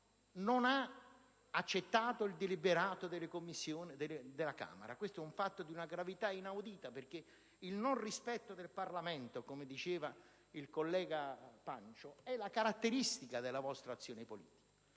non ha accettato il deliberato delle Commissioni della Camera. Questo è un fatto di una gravità inaudita. Il mancato rispetto del Parlamento, come diceva il collega Pardi, è la caratteristica della vostra azione politica.